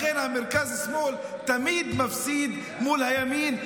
לכן המרכז-שמאל תמיד מפסיד מול הימין,